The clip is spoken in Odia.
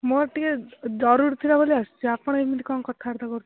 ମୋର ଟିକେ ଜରୁରୀ ଥିଲା ବୋଲି ଆସିଛି ଆପଣ ଏମିତି କ'ଣ କଥାବାର୍ତ୍ତା କରୁଛନ୍ତି